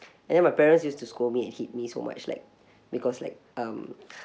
and then my parents used to scold me and hit me so much like because like um